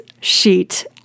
sheet